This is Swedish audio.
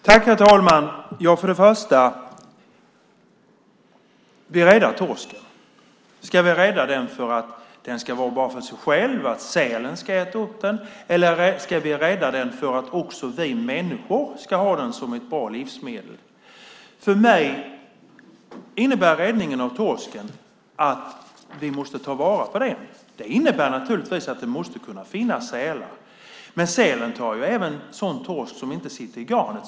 Herr talman! Vi räddar torsken. Ska vi rädda den för att den bara ska var för sig själv och för att sälen ska äta upp den, eller ska vi rädda den för att också vi människor ska ha den som ett bra livsmedel? För mig innebär räddningen av torsken att vi måste ta vara på den. Det innebär naturligtvis att det måste kunna finnas sälar, men sälen tar även sådan torsk som inte sitter i garnet.